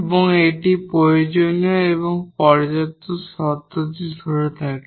এবং এটি প্রয়োজনীয় এবং পর্যাপ্ত শর্তটি ধরে থাকে